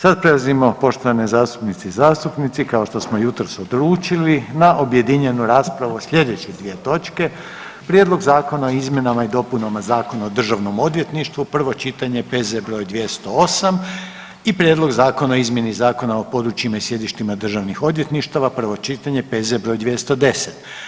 Sad prelazimo poštovane zastupnice i zastupnici kao što smo jutros odlučili na objedinjenu raspravu slijedeće dvije točke: - Prijedlog zakona o izmjenama i dopunama Zakona o državnom odvjetništvu, prvo čitanje, P.Z. br. 208. i - Prijedlog zakona o izmjeni Zakona o područjima i sjedištima državnih odvjetništava, prvo čitanje, P.Z. br. 210.